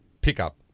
pickup